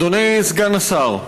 אדוני סגן השר,